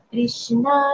Krishna